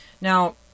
Now